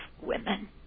women